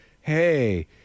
Hey